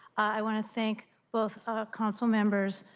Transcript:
i want to thank both council members